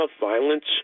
violence